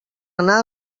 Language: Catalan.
anar